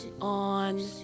on